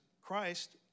Christ